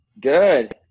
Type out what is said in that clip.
Good